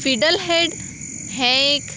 fiddle head हें एक